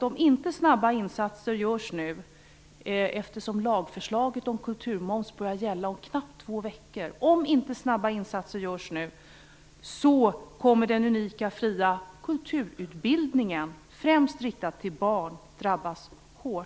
Om inte insatser görs nu, snabbt - eftersom lagförslaget om en kulturmoms börjar gälla om knappt två veckor - kommer den unika fria kulturutbildningen, främst riktad till barn, att drabbas hårt.